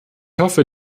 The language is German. hoffe